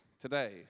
today